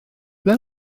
ble